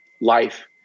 life